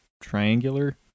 triangular